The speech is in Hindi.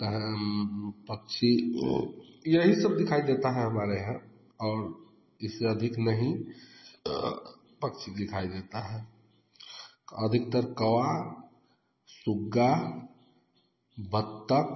कह रहे हम पक्षी यही सब दिखाई देता है हमारे यहाँ और इससे अधिक नहीं पक्षी दिखाई देता है अधिकतर कौवा सुग्गा बत्तक